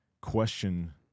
question